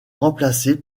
remplacé